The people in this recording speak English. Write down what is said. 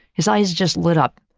his eyes just lit up,